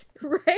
right